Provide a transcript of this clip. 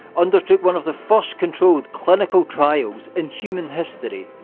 undertook one of the first controlled clinical trials in human history,